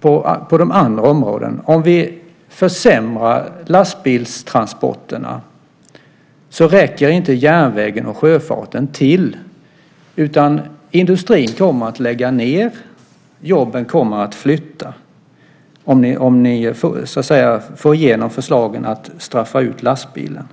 på de andra områdena. Om vi försämrar lastbilstransporterna räcker inte järnvägen och sjöfarten till. Industrin kommer att lägga ned och jobben kommer att flytta om ni får igenom förslagen att straffa ut lastbilarna.